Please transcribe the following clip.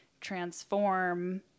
transform